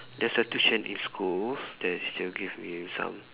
there's a tuition in school there's teacher give me some